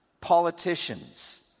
politicians